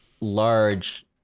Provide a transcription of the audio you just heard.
large